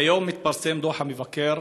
היום התפרסם דוח המבקר